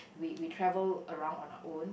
we we travel around on our own